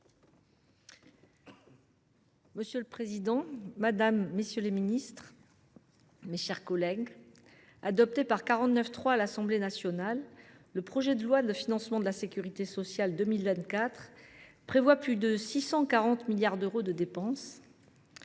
Monsieur le président, madame la ministre, messieurs les ministres, mes chers collègues, adopté grâce à l’article 49.3 à l’Assemblée nationale, le projet de loi de financement de la sécurité sociale pour 2024 prévoit plus de 640 milliards d’euros de dépenses,